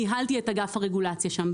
ניהלתי את אגף הרגולציה שם.